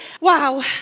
wow